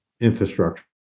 infrastructure